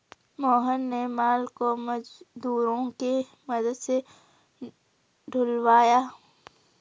मोहन ने माल को मजदूरों के मदद से ढूलवाया